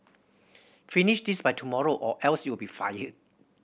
finish this by tomorrow or else you'll be fired